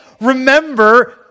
remember